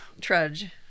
Trudge